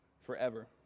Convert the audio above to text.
forever